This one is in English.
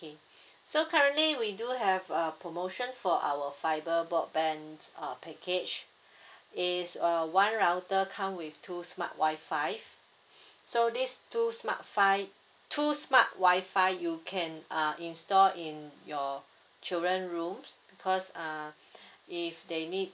okay so currently we do have a promotion for our fibre broadband uh package is a one router come with two smart wi-fi so these two smart two smart wi-fi you can uh install in your children rooms because uh if they need